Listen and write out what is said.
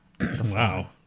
Wow